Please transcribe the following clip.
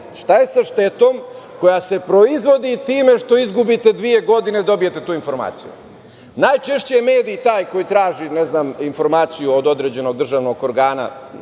šta je sa štetom koja se proizvodi time što izgubite dve godine da dobijete tu informaciju. Najčešće je medij taj koji traži informaciju od određenog državnog organa,